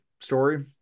story